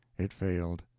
it failed.